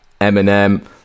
eminem